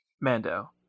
Mando